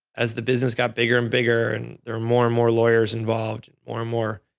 as the business got bigger and bigger, and they're more and more lawyers involved, more and more,